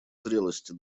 зрелости